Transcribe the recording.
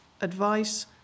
advice